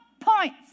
points